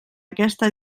aquesta